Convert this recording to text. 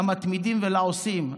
למתמידים ולעושים,